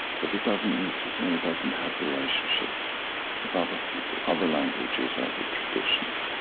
but it doesn't mean to say he doesn't have relationship with other people, other languages, other traditions.